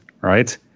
right